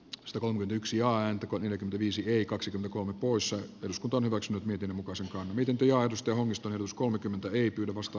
se on yksi ainut kodin viisi kaksi kolme poissa scot on omaksunut miten mukaansa kahvitunti aidosti onnistuneen us kolmekymmentä ei pyydä vasta